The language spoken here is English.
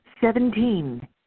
Seventeen